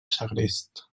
segrest